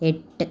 എട്ട്